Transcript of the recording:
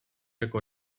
jako